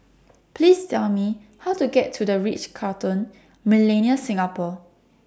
Please Tell Me How to get to The Ritz Carlton Millenia Singapore